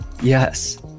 Yes